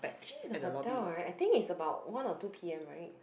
actually in the hotel right I think it's about one or two p_m right